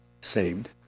saved